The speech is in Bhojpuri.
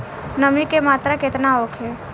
नमी के मात्रा केतना होखे?